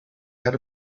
had